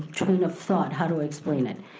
train of thought. how do i explain it?